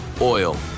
Oil